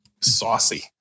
saucy